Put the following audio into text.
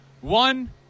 One